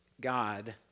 God